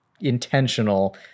intentional